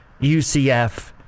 UCF